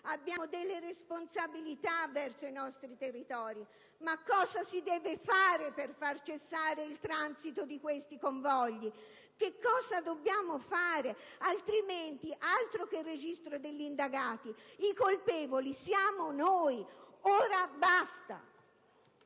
abbiamo delle responsabilità verso i nostri territori. Ma cosa si deve fare per far cessare il transito di questi convogli? Che cosa dobbiamo fare? Altrimenti, altro che registro degli indagati! I colpevoli siamo noi! Ora basta!